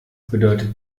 bedeutet